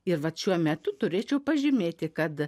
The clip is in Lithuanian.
ir vat šiuo metu turėčiau pažymėti kad